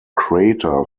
crater